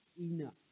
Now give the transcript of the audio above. enough